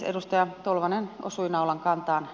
edustaja tolvanen osui naulan kantaan